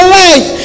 life